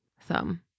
thumb